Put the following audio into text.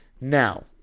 Now